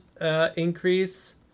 increase